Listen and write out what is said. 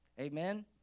Amen